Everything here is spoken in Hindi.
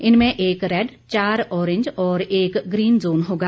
इनमें एक रेड चार ऑरेंज और एक ग्रीन जोन होगा